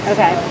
Okay